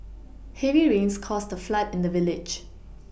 heavy rains caused a flood in the village